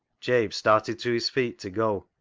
job started to his feet to go.